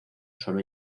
sólo